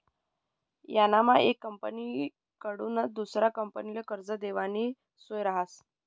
यानामा येक कंपनीकडथून दुसरा कंपनीले कर्ज देवानी सोय रहास